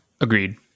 Agreed